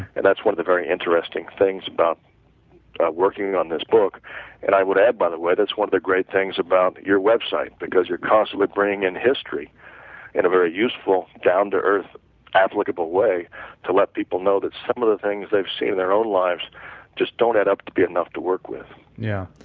and that's one of the very interesting things about working on this book and i would add by the way that's one of the great things about you're website because your constantly bringing in history in a very useful down-to-earth applicable way to let people know that some of the things they've seen in their own lives just don't add up to be enough to work with yeah,